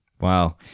Wow